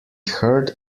heard